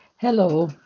Hello